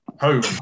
home